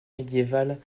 médiévale